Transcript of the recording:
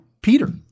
Peter